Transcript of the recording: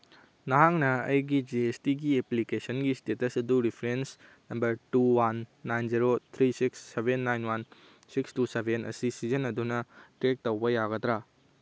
ꯅꯍꯥꯛꯅ ꯑꯩꯒꯤ ꯖꯤ ꯑꯦꯁ ꯇꯤꯒꯤ ꯑꯦꯄ꯭ꯂꯤꯀꯦꯁꯟꯒꯤ ꯏꯁꯇꯦꯇꯁ ꯑꯗꯨ reference number two one nine zero three six seven nine one six two seven ꯑꯁꯤ ꯁꯤꯖꯤꯟꯅꯗꯨꯅ ꯇ꯭ꯔꯦꯛ ꯇꯧꯕ ꯌꯥꯒꯗ꯭ꯔꯥ